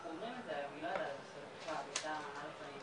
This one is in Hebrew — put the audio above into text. כמה מילים ואנחנו ישר הולכים להצבעות.